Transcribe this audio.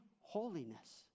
holiness